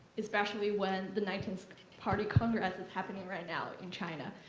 especially when the ninth party congress is happening right now in china.